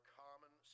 common